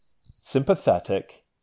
Sympathetic